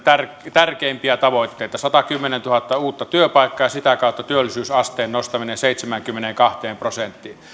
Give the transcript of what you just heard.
tärkeimpiä tavoitteita satakymmentätuhatta uutta työpaikkaa ja sitä kautta työllisyysasteen nostaminen seitsemäänkymmeneenkahteen prosenttiin